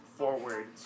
Forward